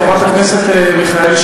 חברת הכנסת מיכאלי,